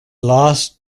lost